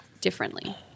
differently